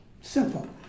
Simple